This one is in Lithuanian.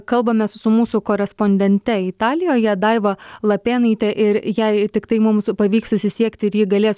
kalbamės su mūsų korespondente italijoje daiva lapėnaite ir jei tiktai mums pavyks susisiekt ir ji galės